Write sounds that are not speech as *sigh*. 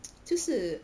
*noise* 就是